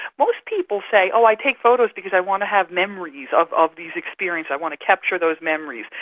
most people say, oh, i take photos because i want to have memories of of these experiences, i want to capture those memories.